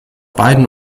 beiden